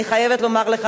אני חייבת לומר לך,